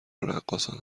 رقاصن